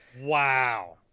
Wow